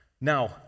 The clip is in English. Now